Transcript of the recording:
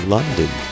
London